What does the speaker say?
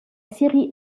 série